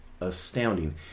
astounding